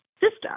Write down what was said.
system